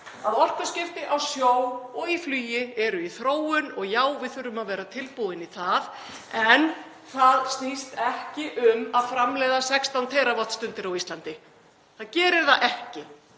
að orkuskipti á sjó og í flugi eru í þróun og já, við þurfum að vera tilbúin í það. En það snýst ekki um að framleiða 16 TWst. á Íslandi. Það gerir það ekki.